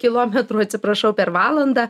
kilometrų atsiprašau per valandą